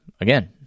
again